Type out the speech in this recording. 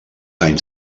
anys